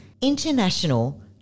International